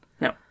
No